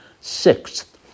Sixth